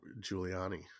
Giuliani